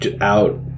out